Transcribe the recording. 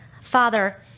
Father